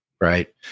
right